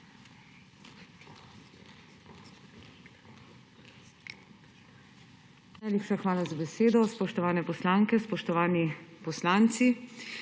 hvala za besedo. Spoštovane poslanke, spoštovani poslanci!